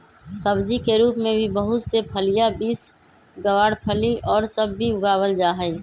सब्जी के रूप में भी बहुत से फलियां, बींस, गवारफली और सब भी उगावल जाहई